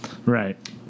Right